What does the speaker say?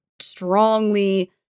strongly